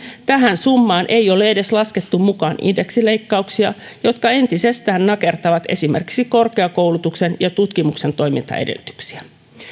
tähän summaan ei ole edes laskettu mukaan indeksileikkauksia jotka entisestään nakertavat esimerkiksi korkeakoulutuksen ja tutkimuksen toimintaedellytyksiä